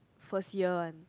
first year one